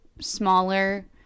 smaller